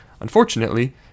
Unfortunately